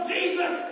Jesus